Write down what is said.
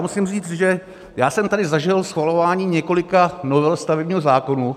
Musím říct, že jsem tady zažil schvalování několika novel stavebního zákona.